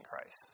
Christ